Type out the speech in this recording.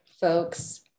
folks